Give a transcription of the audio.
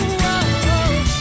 whoa